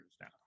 now